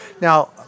Now